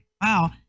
wow